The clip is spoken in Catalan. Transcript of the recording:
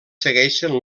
segueixen